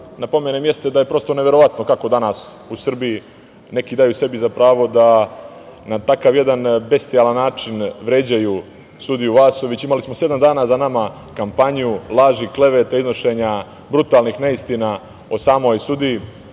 napomenem jeste da je prosto neverovatno kako danas u Srbiji neki daju sebi za pravo da na takav jedan bestijalan način vređaju sudiju Vasović. Imali smo sedam dana za nama kampanju laži, kleveta, iznošenja brutalnih neistina o samoj sudiji